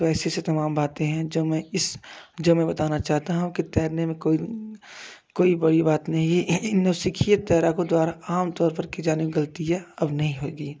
तो ऐसी ऐसी तमाम बातें हैं जब मैं इस जो मैं बताना चाहता हूँ कि तैरने में कोई कोई बड़ी बात नहीं नौसिखिये तैराको द्वारा आमतौर पर की जाने गलती है अब नहीं होगी